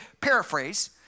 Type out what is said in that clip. paraphrase